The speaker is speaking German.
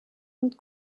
und